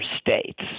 states